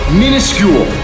minuscule